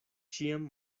ĉiam